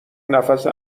نفس